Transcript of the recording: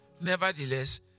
nevertheless